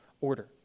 order